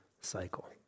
cycle